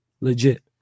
Legit